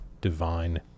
divine